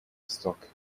stock